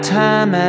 time